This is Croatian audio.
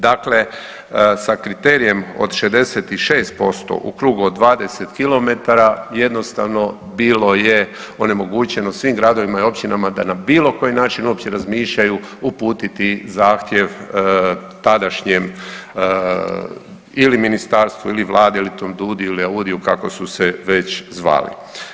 Dakle, sa kriterijem od 66% u krugu od 20 km jednostavno bilo je onemogućeno svim gradovima i općinama da na bilo koji način uopće razmišljaju uputiti zahtjev tadašnjem ili ministarstvu ili vladi ili … [[Govornik se ne razumije]] ili Audiu kako su se već zvali.